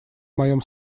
моем